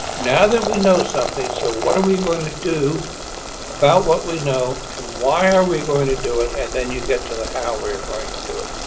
now that we know something, so what are we going to do about what we know and why are we going to do it and then you get to the how we're going to do it.